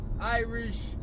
Irish